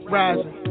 rising